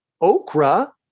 Okra